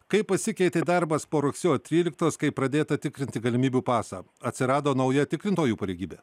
kaip pasikeitė darbas po rugsėjo tryliktos kai pradėta tikrinti galimybių pasą atsirado nauja tikrintojų pareigybė